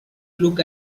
look